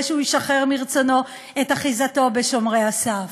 שהוא ישחרר מרצונו את אחיזתו בשומרי הסף.